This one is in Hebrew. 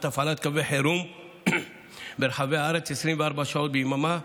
הפעלת קווי חירום ברחבי הארץ 24 שעות ביממה,